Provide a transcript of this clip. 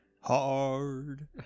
Hard